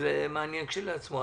שזה מעניין כשלעצמו.